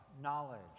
knowledge